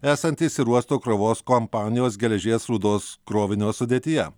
esantys ir uosto krovos kompanijos geležies rūdos krovinio sudėtyje